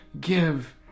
give